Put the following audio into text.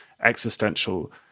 existential